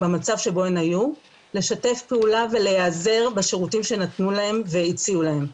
במצב שבו הן היו לשתף פעולה ולהיעזר בשירותים שנתנו להן והציעו להן.